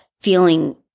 feeling